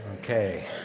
Okay